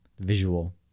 visual